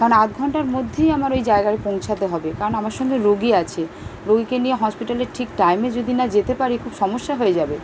কারণ আদ ঘন্টার মধ্যেই আমার ওই জায়গায় পৌঁছাতে হবে কারণ আমার সঙ্গে রোগী আছে রোগীকে নিয়ে হসপিটালে ঠিক টাইমে যদি না যেতে পারি খুব সমস্যা হয়ে যাবে